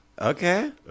Okay